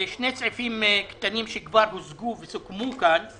שני סעיפים קטנים שכבר הושגו וסוכמו כאן הם